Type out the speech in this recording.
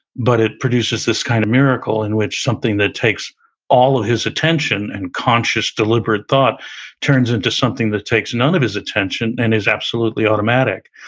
but it produces this kind of miracle in which something that takes all of his attention and conscious, deliberate deliberate thought turns into something that takes none of his attention and is absolutely automatic.